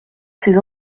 ces